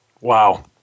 Wow